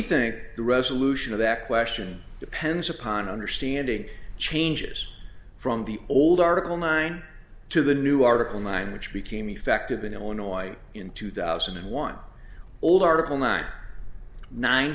think the resolution of that question depends upon understanding changes from the old article nine to the new article mine which became effective in illinois in two thousand and one or article nine nine